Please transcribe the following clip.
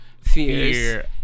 fears